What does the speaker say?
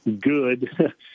good